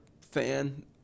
fan